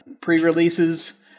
pre-releases